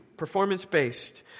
performance-based